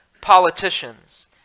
politicians